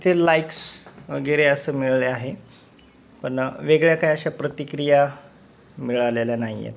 तथे लाईक्स वगैरे असं मिळाले आहे पण वेगळ्या काही अशा प्रतिक्रिया मिळालेल्या नाही आहेत